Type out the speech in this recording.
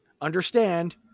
Understand